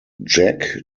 jack